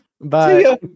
Bye